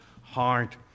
heart